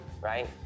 right